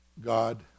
God